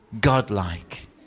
God-like